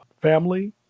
family